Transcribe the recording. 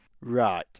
Right